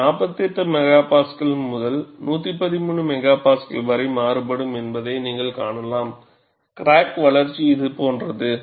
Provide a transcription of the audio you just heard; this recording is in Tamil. இது 48 MPa முதல் 113 MPa வரை மாறுபடும் என்பதை நீங்கள் காணலாம் கிராக் வளர்ச்சி இது போன்றது